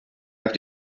have